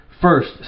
First